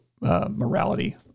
morality